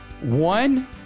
One